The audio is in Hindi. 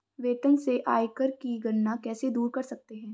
वेतन से आयकर की गणना कैसे दूर कर सकते है?